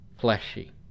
fleshy